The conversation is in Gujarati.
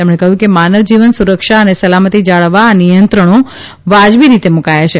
તેમણે કહ્યું કે માનવ જીવન સુરક્ષા અને સલામતી જાળવવા આ નિયંત્રણો વાજબી રીતે મૂકાયાં છે